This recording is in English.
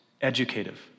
educative